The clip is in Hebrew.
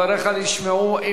דבריך נשמעו.